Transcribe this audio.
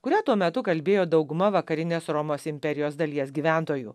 kuria tuo metu kalbėjo dauguma vakarinės romos imperijos dalies gyventojų